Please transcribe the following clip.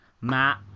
matt